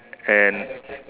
and